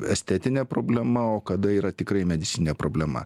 estetinė problema o kada yra tikrai medicininė problema